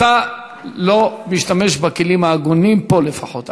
אתה לא משתמש בכלים ההגונים, פה לפחות.